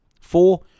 Four